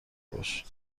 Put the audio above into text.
باش